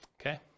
okay